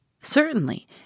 Certainly